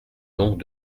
donc